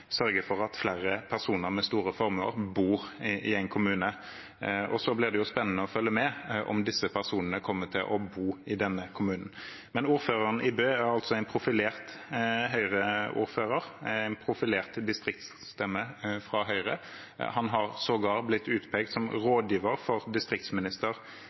sørge for at flere personer med store formuer bor i en kommune – og så blir det jo spennende å følge med på om disse personene kommer til å bo i denne kommunen. Ordføreren i Bø er en profilert Høyre-ordfører, en profilert distriktsstemme fra Høyre. Han har sågar blitt utpekt som rådgiver for distriktsminister